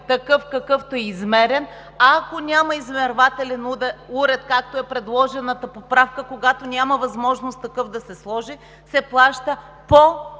такъв, какъвто е измерен. Ако няма измервателен уред, както е предложената поправка, когато няма възможност такъв да се сложи, се плаща по